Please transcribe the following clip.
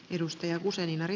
arvoisa rouva puhemies